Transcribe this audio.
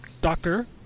Doctor